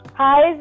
hi